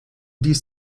dies